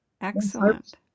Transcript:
Excellent